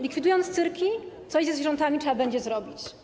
Likwidując cyrki, coś ze zwierzętami trzeba będzie zrobić.